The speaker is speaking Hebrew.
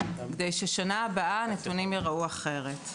כדי שבשנה הבאה הנתונים ייראו אחרת.